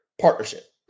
partnership